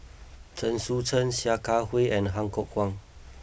Chen Sucheng Sia Kah Hui and Han Fook Kwang